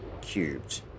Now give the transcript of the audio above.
cubed